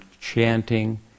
chanting